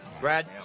Brad